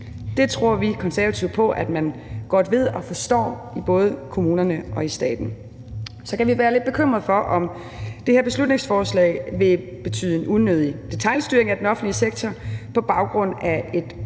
Det tror vi i Konservative på at man godt ved og forstår både i kommunerne og i staten. Vi kan være lidt bekymrede for, om det her beslutningsforslag vil betyde en unødig detailstyring af den offentlige sektor på baggrund af et